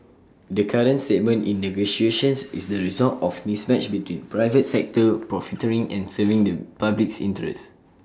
the current stalemate in negotiations is the result of mismatch between private sector profiteering and serving the public's interests